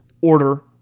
Order